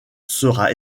sera